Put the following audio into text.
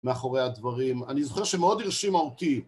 מאחורי הדברים. אני זוכר שמאוד הרשימה אותי